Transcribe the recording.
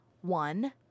one